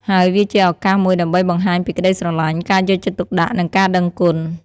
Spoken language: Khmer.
ហើយវាជាឱកាសមួយដើម្បីបង្ហាញពីក្តីស្រឡាញ់ ការយកចិត្តទុកដាក់ និងការដឹងគុណ។